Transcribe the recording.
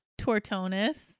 Tortonus